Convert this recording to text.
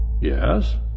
Yes